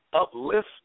uplift